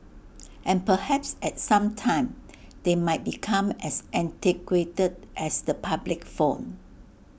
and perhaps at some time they might become as antiquated as the public phone